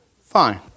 fine